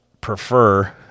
prefer